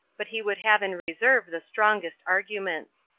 but he would have in reserve the strongest arguments.